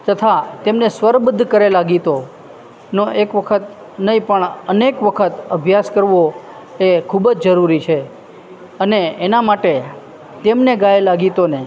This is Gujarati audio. તથા તેમને સ્વરબદ્ધ કરેલા ગીતોનો એક વખત નહીં પણ અનેક વખત અભ્યાસ કરવો એ ખૂબ જ જરૂરી છે અને એના માટે તેમણે ગાયેલાં ગીતોને